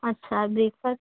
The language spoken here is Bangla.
আচ্ছা আর ব্রেকফাস্ট